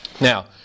Now